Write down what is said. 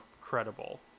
credible